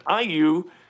IU